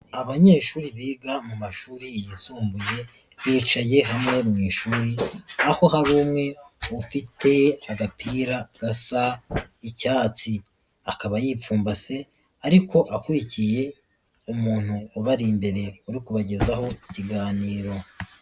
Abanyeshuri biga mu mashuri yisumbuye bicaye hamwe mu ishuri, aho hari umwe ufite agapira gasa icyatsi, akaba yipfumbase ariko akurikiye umuntu ubari imbere ari kubagezaho ikiganiro.